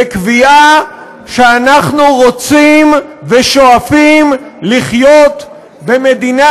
וקביעה שאנחנו רוצים ושואפים לחיות במדינה